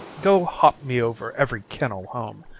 go, hop me over every kennel home,